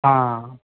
हा